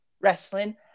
wrestling